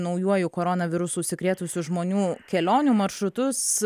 naujuoju koronavirusu užsikrėtusių žmonių kelionių maršrutus